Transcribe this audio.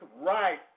right